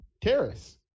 terrace